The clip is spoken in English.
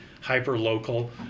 hyper-local